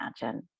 imagine